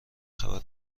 خبر